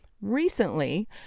Recently